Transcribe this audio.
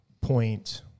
point